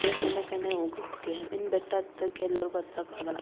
ದೇವಸ್ತಾನಕನೆ ಹೋಗೊಕ್ಕೆ ಇನ್ನು ಬೆಟ್ಟ ಹತ್ತಕ್ ಎಲ್ಲರಿಗು ಹತ್ತಕ್ ಆಗೋಲ್ಲ